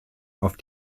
auf